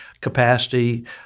capacity